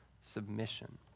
submission